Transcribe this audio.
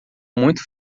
muito